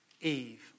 Eve